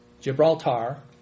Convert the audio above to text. Gibraltar